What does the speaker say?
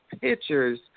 pictures